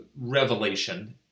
revelation